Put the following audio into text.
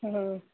हा हा